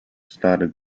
started